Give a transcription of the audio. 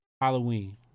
Halloween